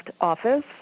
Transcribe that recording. office